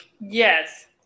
Yes